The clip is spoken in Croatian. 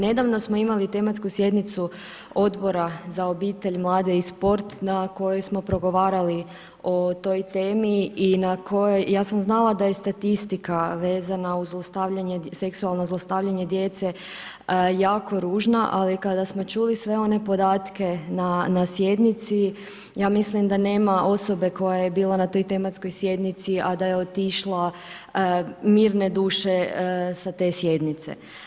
Nedavno samo imali tematsku sjednicu Odbora za obitelj, mlade i sport, na kojoj smo progovarali o toj temi i na kojoj, ja sam znala da je statistika vezana uz seksualno zlostavljanje djece jako ružna ali kada smo čuli sve one podatke na sjednici, ja mislim da nema osobe koja je bila na toj tematskoj sjednici, a da je otišla mirne duše sa te sjednice.